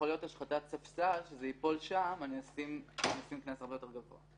יכול להיות שעל השחתת ספסל אני אטיל קנס הרבה יותר גבוה.